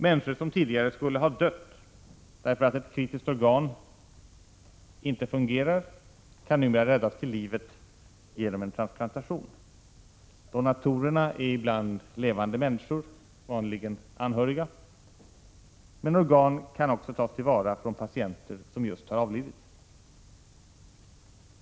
Människor som tidigare skulle ha dött därför att ett kritiskt organ inte fungerar kan numera räddas till livet genom en transplantation. Donatorerna är ibland levande människor, vanligen anhöriga, men organ kan också tas till vara från patienter som just har avlidit.